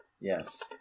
Yes